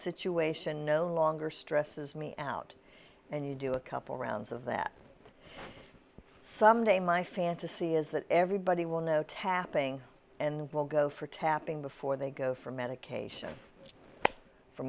situation no longer stresses me out and you do a couple rounds of that someday my fantasy is that everybody will know tapping and will go for tapping before they go for medication f